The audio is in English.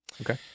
Okay